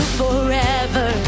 forever